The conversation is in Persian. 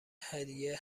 هدیه